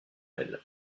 elle